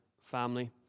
family